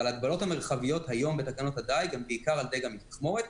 אבל ההגבלות המרחביות היום בתקנות הדייג הן בעיקר על דיג המכמורת,